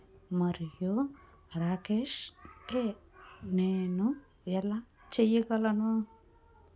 మరియు రాకేష్ కె నేను ఎలా చెయ్యగలను